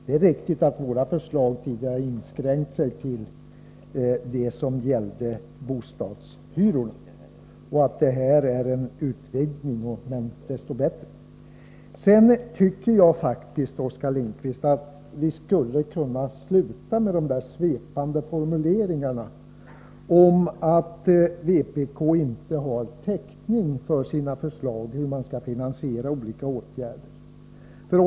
Det är riktigt att våra förslag tidigare inskränkte sig till det som gällde bostadshyrorna och att hyresstoppet nu innebär en utveckling, men det är desto bättre. Sedan vill jag säga, Oskar Lindkvist, att jag tycker att vi skulle kunna sluta med de svepande formuleringarna om att vpk inte har täckning för sina förslag när det gäller hur man skall finansiera olika åtgärder.